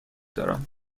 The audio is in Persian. دارم